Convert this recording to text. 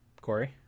Corey